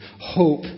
Hope